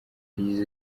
yagize